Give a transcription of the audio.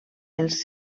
els